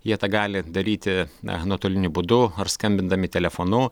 jie tą gali daryti na nuotoliniu būdu ar skambindami telefonu